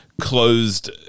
closed